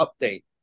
update